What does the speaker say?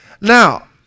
Now